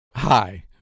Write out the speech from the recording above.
Hi